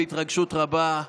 בהתרגשות רבה,